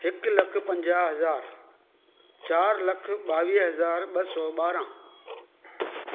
हिक लख पंजाह हज़ार चारि लख ॿावीह हज़ार ॿ सौ ॿारहं